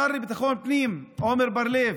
השר לביטחון פנים עמר בר לב,